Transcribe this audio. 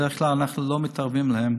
בדרך כלל אנחנו לא מתערבים להם.